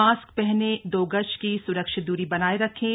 mask पहनें दो गज की सुरक्षित दूरी बनाए रखें